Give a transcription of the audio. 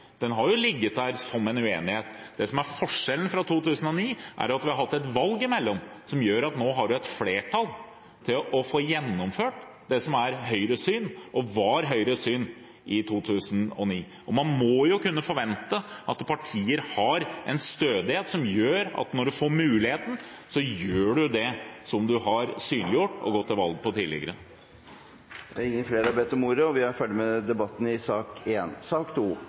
ligget der som en uenighet. Det som er forskjellen fra 2009, er at vi har hatt et valg i mellomtiden, som gjør at nå har man et flertall for å få gjennomført det som er Høyres syn, og som var Høyres syn i 2009. Og man må jo kunne forvente at partier har en stødighet som gjør at når man får muligheten, så gjør man det som man har synliggjort og gått til valg på tidligere. Flere har ikke bedt om ordet